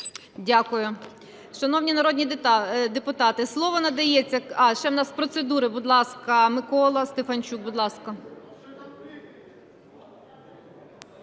Дякую. Шановні народні депутати, слово надається… А, ще у нас з процедури, будь ласка, Микола Стефанчук, будь ласка.